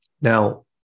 now